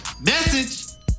Message